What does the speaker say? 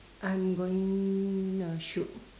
I'm gonna shoot